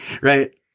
right